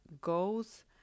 goes